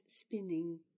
spinning